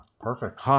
Perfect